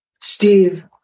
Steve